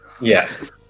Yes